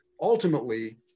ultimately